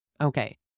Okay